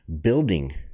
building